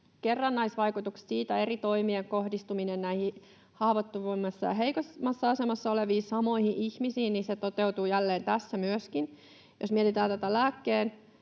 kerrannaisvaikutukset eri toimien kohdistumisesta näihin haavoittuvimmassa ja heikoimmassa asemassa oleviin samoihin ihmisiin toteutuvat tässä jälleen. Jos mietitään vaikutusta lääkkeitten